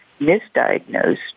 misdiagnosed